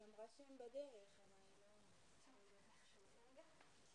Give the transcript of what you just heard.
האם באמת התחושה של התושבים שצריכים לעבור לכאן לגור מוצדקת,